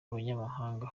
abanyamahanga